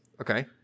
Okay